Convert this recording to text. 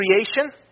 creation